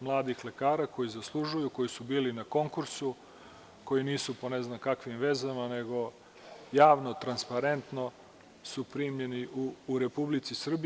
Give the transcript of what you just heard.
Mladih lekara koji zaslužuju, koji su bili na konkursu, koji nisu po ne znam kakvim vezama, nego su javno, transparentno primljeni u Republici Srbiji.